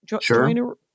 Sure